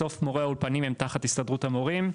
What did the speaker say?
בסוף מורי אולפנים הם תחת הסתדרות המורים,